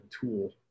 tool